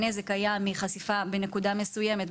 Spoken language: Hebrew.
הנזק היה מחשיפה בנקודה מסוימת,